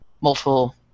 multiple